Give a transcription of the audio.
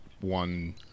one